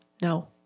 no